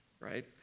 right